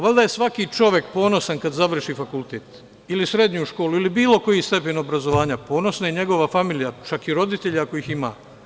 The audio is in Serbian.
Valjda je svaki čovek ponosan kada završi fakultet, srednju školu, ili bilo koji stepen obrazovanja, ponosna je i njegova familija, čak i roditelji ako ih ima.